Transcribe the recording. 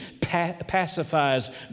pacifies